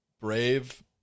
brave